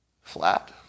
flat